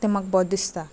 ते तें म्हाका बरें दिसता